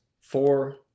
four